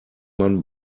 man